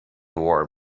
wore